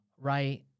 right